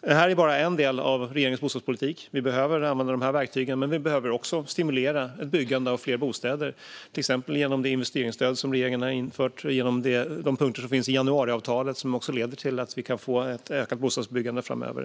Det här är bara en del av regeringens bostadspolitik. Vi behöver använda de här verktygen. Men vi behöver också stimulera byggande av fler bostäder, till exempel genom det investeringsstöd som regeringen har infört och genom de punkter som finns i januariavtalet, som också leder till att vi kan få ett ökat bostadsbyggande framöver.